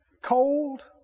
Cold